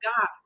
God